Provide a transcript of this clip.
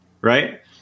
Right